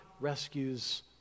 rescues